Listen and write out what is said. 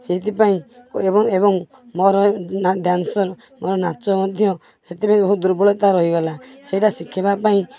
ସେଇଥିପାଇଁ ଏବଂ ଏବଂ ମୋର ଡ୍ୟାନ୍ସର ମୋର ନାଚ ମଧ୍ୟ ସେଥିପାଇଁ ବହୁତ ଦୁର୍ବଳତା ରହିଗଲା ସେଇଟା ଶିଖିବା ପାଇଁ